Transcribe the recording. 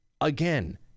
again